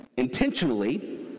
intentionally